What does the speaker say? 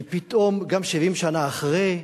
כי פתאום, גם 70 שנה אחרי,